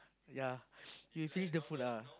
ya you finish the food lah